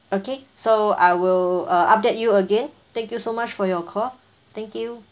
okay so I will uh update you again thank you so much for your call thank you